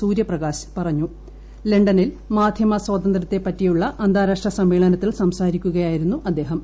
സൂര്യപ്രകാശ് പറഞ്ഞു ലണ്ടനിൽ മാധ്യമ സ്വാതന്ത്ര്യത്തെപ്പറ്റിയുള്ള അന്താരാഷ്ട്ര സമ്മേളനത്തിൽ സംസാരിക്കുകയായിരുന്നു അദ്ദേഹം